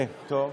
טוב.